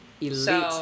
Elite